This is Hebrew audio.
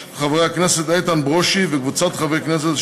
של חברי הכנסת איתן ברושי וקבוצת חברי הכנסת,